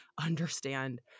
understand